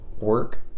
work